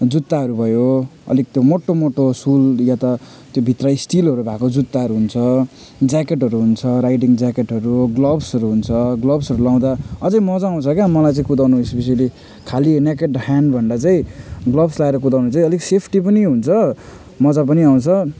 जुत्ताहरू भयो अलिक त मोटो मोटो सोल वा त त्यो भित्रै स्टिलहरू भएको जुत्ताहरू हुन्छ ज्याकेटहरू हुन्छ राइडिङ ज्याकेटहरू ग्लोब्सहरू हुन्छ ग्लोब्ससहरू लगाउँदा अझै मजा आउँछ क्या मलाई चाहिँ कुदाउनु इस्पेसियली खाली न्याकेड ह्यान्ड भन्दा चाहिँ ग्लोब्स लगाएर कुदाउनु चाहिँ अलिक सेफ्टी पनि हुन्छ मजा पनि आउँछ